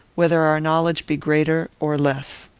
whether our knowledge be greater or less.